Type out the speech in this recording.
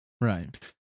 Right